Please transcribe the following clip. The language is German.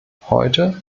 heute